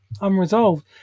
unresolved